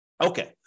Okay